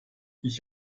ich